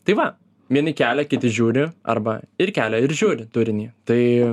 tai va vieni kelia kiti žiūri arba ir kelia ir žiūri turinį tai